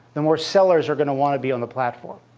the more sellers are going to want to be on the platform,